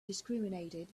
discriminated